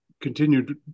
continued